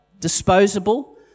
disposable